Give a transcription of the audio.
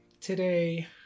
today